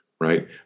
right